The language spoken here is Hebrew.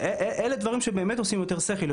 אלה הם דברים שבאמת עושים יותר שכל,